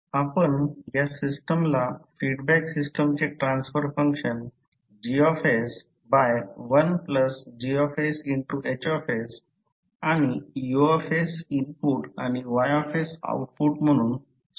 आपण या सिस्टमला फीडबॅक सिस्टमचे ट्रान्सफर फंक्शन G1GsH आणि U इनपुट आणि Y आउटपुट म्हणून सोपे ब्लॉक म्हणून दर्शवू शकतो